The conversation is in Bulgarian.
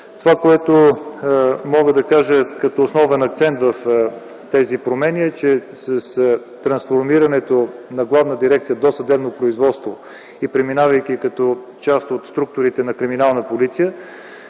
Това, което мога да кажа като основен акцент в тези промени, е, че с трансформирането на Главна дирекция „Досъдебно производство” и с преминаването й като част от структурите на Криминална полиция